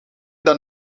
dan